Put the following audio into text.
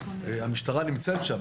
המשטרה נמצאת שם.